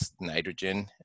nitrogen